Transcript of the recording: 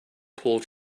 pulled